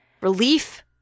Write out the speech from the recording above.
relief